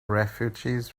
refugees